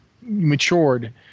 matured